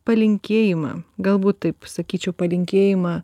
palinkėjimą galbūt taip sakyčiau palinkėjimą